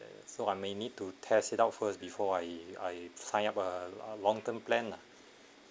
so I may need to test it out first before I I sign up a long term plan lah